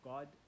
God